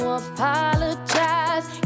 apologize